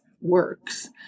works